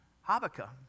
Habakkuk